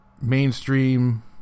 mainstream